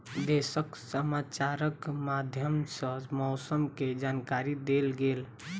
देशक समाचारक माध्यम सॅ मौसम के जानकारी देल गेल